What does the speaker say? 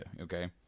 okay